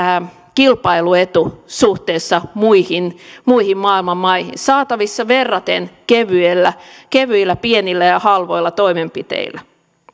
kilpailuetu suhteessa muihin muihin maailman maihin saatavissa verraten kevyillä kevyillä pienillä ja halvoilla toimenpiteillä